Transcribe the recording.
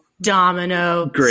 Domino